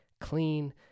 clean